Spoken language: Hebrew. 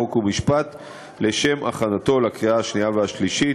חוק ומשפט לשם הכנתו לקריאה השנייה והשלישית.